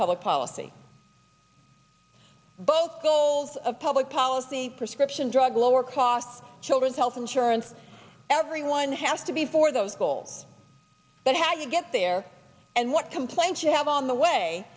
public policy both goals of public policy prescription drug lower cost children's health insurance everyone has to be for those goals but how you get there and what complaints you have on the way